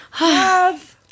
Love